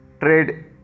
trade